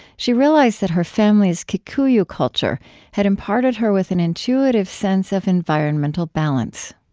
she realized that her family's kikuyu culture had imparted her with an intuitive sense of environmental balance